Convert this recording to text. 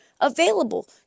available